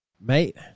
mate